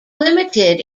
limited